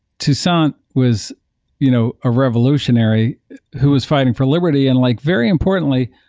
toussaint was you know a revolutionary who was fighting for liberty and like very importantly,